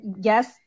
yes